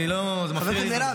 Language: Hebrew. זה מפריע.